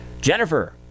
Jennifer